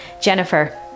jennifer